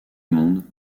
monde